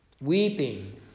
weeping